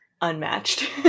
unmatched